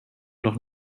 noch